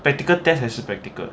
practical test 还是 practical